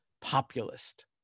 populist